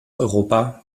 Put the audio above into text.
europa